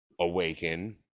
awaken